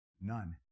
None